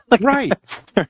Right